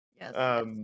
Yes